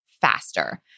faster